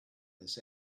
this